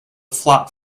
flop